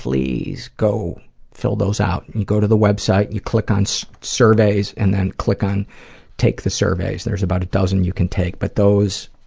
please go fill those out. and you go to the website, you click on so surveys, and then click on take the surveys. there's about a dozen you can take, but those